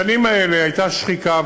בשנים האלה הייתה שחיקה,